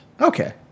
okay